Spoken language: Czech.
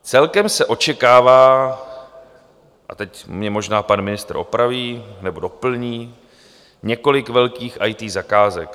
Celkem se očekává, a teď mě možná pan ministr opraví nebo doplní, několik velkých IT zakázek.